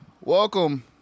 Welcome